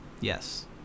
Yes